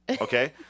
Okay